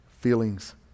feelings